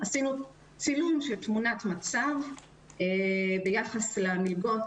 עשינו צילום של תמונת מצב ביחס למלגות